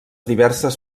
diverses